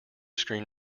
screen